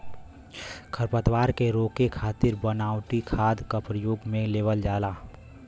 खरपतवार के रोके खातिर बनावटी खाद क परयोग में लेवल जाला